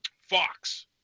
Fox